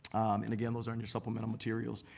and again, those are in your supplemental materials.